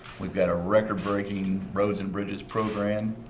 we've got a record-breaking roads and bridges program,